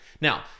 now